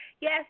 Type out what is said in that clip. Yes